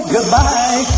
Goodbye